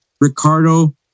Ricardo